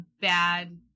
bad